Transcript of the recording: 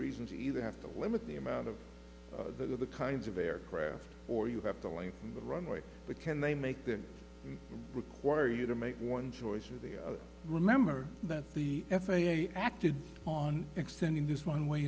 reasons either have to limit the amount of the kinds of aircraft or you have to like the runway but can they make them require you to make one choice or the remember that the f a a acted on extending this one way